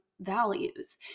values